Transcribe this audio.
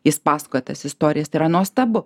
jis pasakoja tas istorijas tai yra nuostabu